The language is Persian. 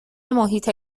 محیط